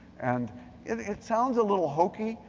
and it it sounds a little hokey,